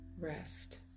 rest